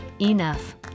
enough